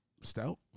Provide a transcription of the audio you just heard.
stout